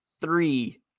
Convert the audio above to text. three